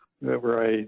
Right